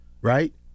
right